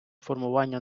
формування